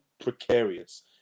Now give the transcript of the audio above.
precarious